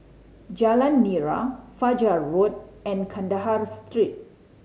Jalan Nira Fajar Road and Kandahar Street